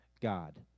God